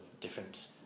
different